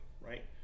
Right